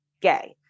gay